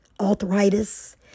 arthritis